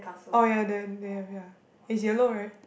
oh ya there they have ya it's yellow right